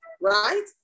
right